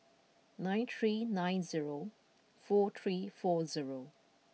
nine three nine zero four three four zero